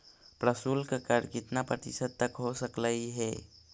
प्रशुल्क कर कितना प्रतिशत तक हो सकलई हे?